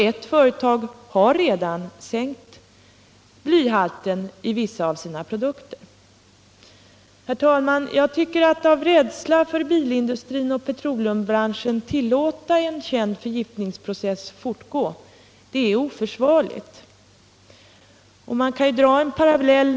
Ett företag har redan sänkt blyhalten i vissa av sina produkter. Herr talman! Att av rädsla för bilindustrin och petroleumbranschen tillåta en känd förgiftningsprocess fortgå är oförsvarligt. Man kan dra en parallell.